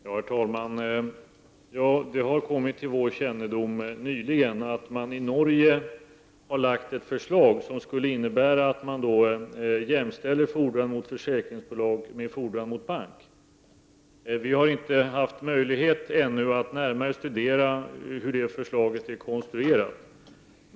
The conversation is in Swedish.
Herr talman! Ja, det har kommit till vår kännedom nyligen att man i Norge har lagt fram ett förslag som skulle innebära att man jämställer fordran mot försäkringsbolag med fordran mot bank. Vi har ännu inte haft möjlighet att studera hur det förslaget är konstruerat.